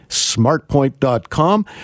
Smartpoint.com